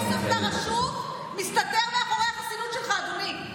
חברת הכנסת מרב מיכאלי,